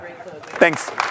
Thanks